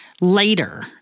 later